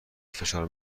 فشار